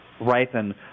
ripen